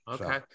Okay